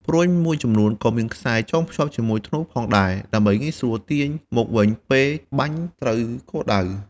ព្រួញមួយចំនួនក៏មានខ្សែចងភ្ជាប់ជាមួយធ្នូផងដែរ ដើម្បីងាយស្រួលទាញមកវិញពេលបាញ់ត្រូវគោលដៅ។